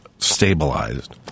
Stabilized